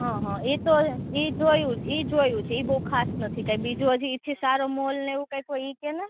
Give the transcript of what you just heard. હં હં એ તો છે એ જોયું એ જોયું છે એ બહુ ખાસ નથી કાંઇ બીજું હજી એથી સારો મોલ ને એવું કાંઇક હોય એ કહે ને